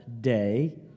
day